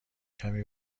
کمی